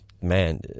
man